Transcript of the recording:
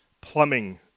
plumbing